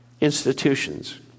institutions